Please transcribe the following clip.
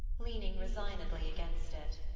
leaning resignedly against it.